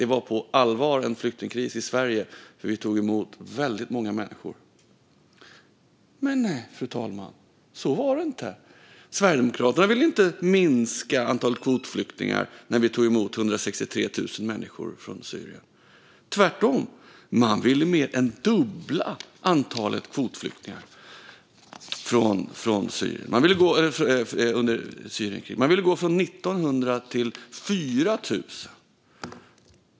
Det var på allvar en flyktingkris i Sverige, för vi tog emot väldigt många människor. Men, fru talman, så var det inte. Sverigedemokraterna ville inte minska antalet kvotflyktingar när vi tog emot 163 000 människor från Syrien. Tvärtom, man ville mer än dubbla antalet kvotflyktingar under Syrienkriget. Man ville gå från 1 900 till 4 000.